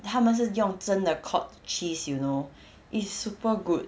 他们是用真的 cott cheese you know it's super good